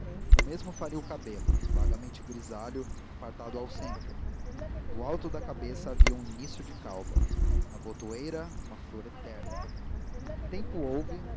o mesmo faria o cabelo vagamente grisalho apartado ao centro no alto da cabeça havia um início de calva na botoeira uma flor eterna tempo houve